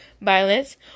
violence